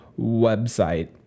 website